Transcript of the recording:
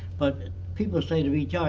but people say to me jacque,